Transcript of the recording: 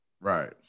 Right